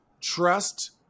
trust